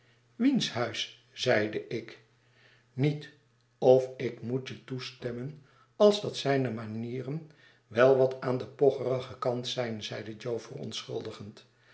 wiens huis zeide ik niet of ik moet je toestemmen als dat zijne manieren wel wat aan den pocherigen kant zijn zeide jo verontschuldigend